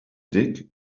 dig